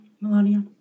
Melania